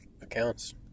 accounts